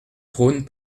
trône